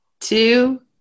two